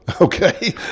Okay